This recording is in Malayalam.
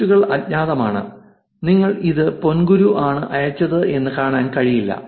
പോസ്റ്റുകൾ അജ്ഞാതമാണ് നിങ്ങൾക്ക് ഇത് പൊൻങ്കുരു ആണ് അയച്ചത് എന്ന് കാണാൻ കഴിയില്ല